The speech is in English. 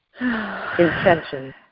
intention